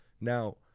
Now